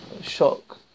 shock